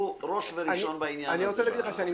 בעניין הזה.